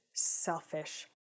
Selfish